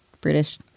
British